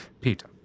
Peter